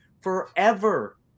forever